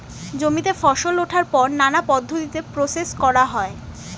জমিতে ফসল ওঠার পর নানা পদ্ধতিতে প্রসেস করা হয়